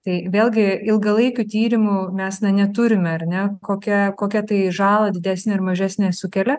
tai vėlgi ilgalaikių tyrimų mes na neturime ar ne kokia kokia tai žalą didesnę ar mažesnę sukelia